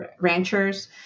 ranchers